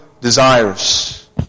desires